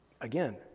Again